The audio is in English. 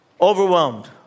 overwhelmed